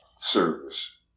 service